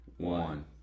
One